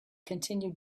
continue